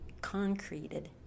concreted